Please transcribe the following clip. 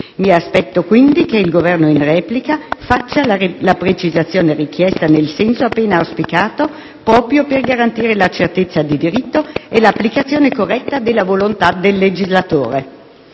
Mi aspetto quindi che il Governo in replica faccia la precisazione richiesta nel senso appena auspicato, proprio per garantire la certezza del diritto e l'applicazione corretta della volontà del legislatore.